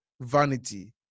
vanity